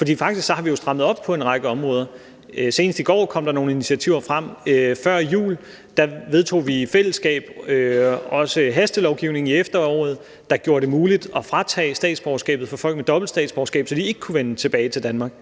jo faktisk strammet op på en række områder. Så sent som i går kom der nogle initiativer frem. Før jul, i efteråret, vedtog vi i fællesskab en hastelovgivning, der gør det muligt at fratage statsborgerskabet for folk med dobbelt statsborgerskab, så de ikke kan vende tilbage til Danmark.